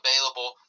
available